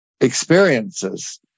experiences